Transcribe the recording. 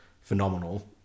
phenomenal